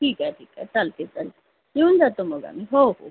ठीक आहे ठीक आहे चालते चाल येऊन जातो मग आम्ही हो हो